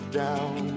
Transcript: down